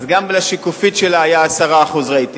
אז גם לשקופית שלה היה 10% רייטינג,